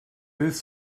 beth